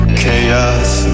chaos